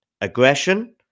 Aggression